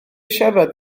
siarad